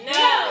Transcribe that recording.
no